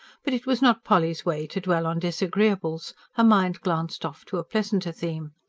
but it was not polly's way to dwell on disagreeables her mind glanced off to a pleasanter theme.